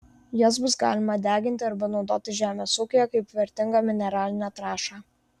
jas bus galima deginti arba naudoti žemės ūkyje kaip vertingą mineralinę trąšą